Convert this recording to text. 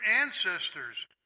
ancestors